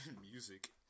music